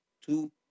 two